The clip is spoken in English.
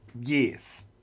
Yes